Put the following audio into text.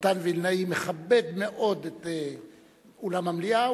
מתן וילנאי מכבד מאוד את אולם המליאה.